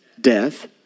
death